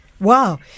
Wow